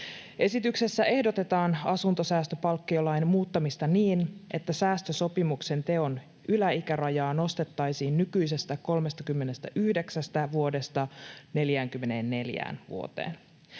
Esityksessä ehdotetaan asuntosäästöpalkkiolain muuttamista niin, että säästösopimuksen teon yläikärajaa nostettaisiin nykyisestä 39 vuodesta 44 vuoteen.